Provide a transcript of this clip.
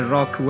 Rock